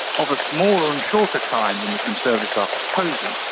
of a smaller and shorter kind than the conservatives are proposing.